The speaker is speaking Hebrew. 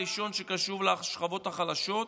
הראשון שקשוב לשכבות החלשות,